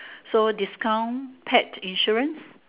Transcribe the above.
so discount pet insurance